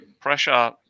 pressure